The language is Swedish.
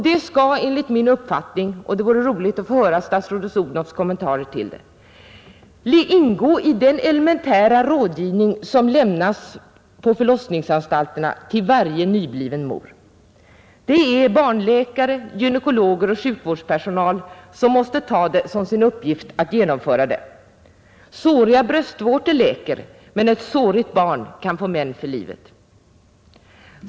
Detta skall enligt min uppfattning — och det vore roligt att få höra statsrådet Odhnoffs kommentarer — ingå i den elementära rådgivning som lämnas på förlossningsanstalterna till varje nybliven mor. Det är barnläkare, gynekologer och sjukvårdspersonal som måste ta det som sin uppgift att genomföra detta. Såriga bröstvårtor läker, men ett sårigt barn kan få men för livet.